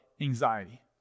anxiety